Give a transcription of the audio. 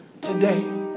today